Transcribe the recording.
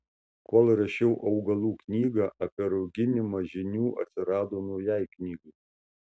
kol rašiau augalų knygą apie rauginimą žinių atsirado naujai knygai